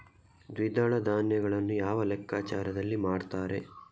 ದ್ವಿದಳ ಧಾನ್ಯಗಳನ್ನು ಯಾವ ಲೆಕ್ಕಾಚಾರದಲ್ಲಿ ಮಾರ್ತಾರೆ?